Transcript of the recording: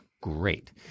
great